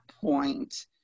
point